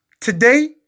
Today